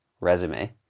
resume